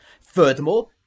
Furthermore